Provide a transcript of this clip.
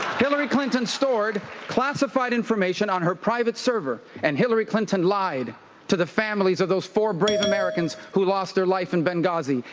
hillary clinton stored classified information on her private server. and hillary clinton lied to the families of those four brave americans who lost their life in benghazi.